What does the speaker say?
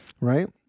right